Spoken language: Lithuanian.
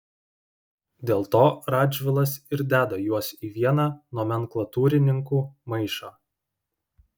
dėl to radžvilas ir deda juos į vieną nomenklatūrininkų maišą